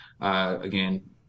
Again